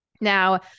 Now